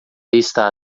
está